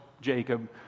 Jacob